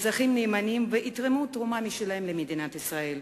אזרחים נאמנים ויתרמו תרומה משלהם למדינת ישראל.